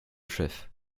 chef